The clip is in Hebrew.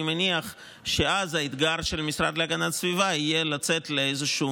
אני מניח שאז האתגר של המשרד להגנת הסביבה יהיה לצאת לאיזשהו